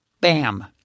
Bam